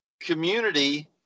community